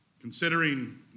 Considering